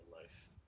life